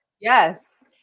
Yes